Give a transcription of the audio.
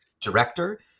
director